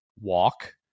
walk